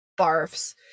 barfs